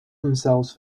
themselves